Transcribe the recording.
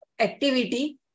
activity